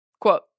Quote